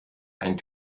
ein